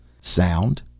Sound